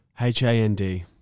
H-A-N-D